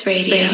Radio